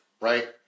right